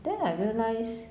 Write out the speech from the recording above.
then I realize